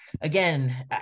again